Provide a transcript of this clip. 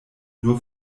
nur